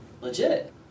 legit